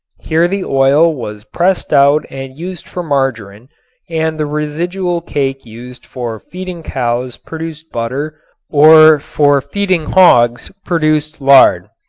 here the oil was pressed out and used for margarin and the residual cake used for feeding cows produced butter or for feeding hogs produced lard.